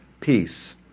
peace